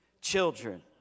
children